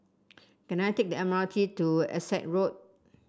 can I take the M R T to Essex Road